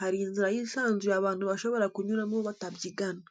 hari inzira yisanzuye abantu bashobora kunyuramo batabyigana.